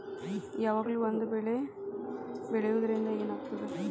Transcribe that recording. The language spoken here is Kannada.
ಯಾವಾಗ್ಲೂ ಒಂದೇ ಬೆಳಿ ಬೆಳೆಯುವುದರಿಂದ ಏನ್ ಆಗ್ತದ?